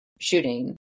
shooting